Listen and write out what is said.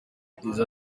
yagize